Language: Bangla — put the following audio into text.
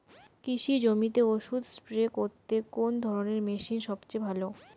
কৃষি জমিতে ওষুধ স্প্রে করতে কোন ধরণের মেশিন সবচেয়ে ভালো?